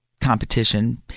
competition